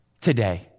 today